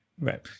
right